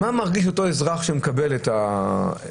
מה מרגיש אותו אזרח שמקבל את הדוח?